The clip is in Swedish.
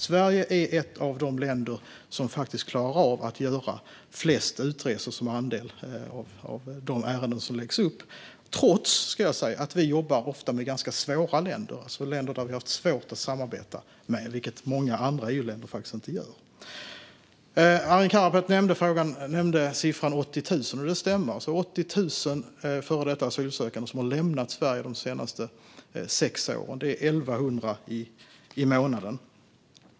Sverige är ett av de länder som klarar av att göra flest återresor som andel av de ärenden som läggs upp, trots att vi ofta jobbar med länder som vi har haft svårt att samarbeta med. Det är det faktiskt många andra EU-länder som inte gör. Arin Karapet nämnde siffran 80 000. Det stämmer: Det är 80 000 före detta asylsökande som har lämnat Sverige de senaste sex åren, alltså 1 100 i månaden.